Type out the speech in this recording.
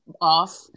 off